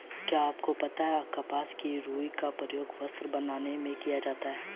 क्या आपको पता है कपास की रूई का प्रयोग वस्त्र बनाने में किया जाता है?